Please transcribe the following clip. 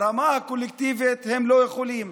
ברמה הקולקטיבית הם לא יכולים.